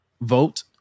vote